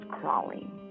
crawling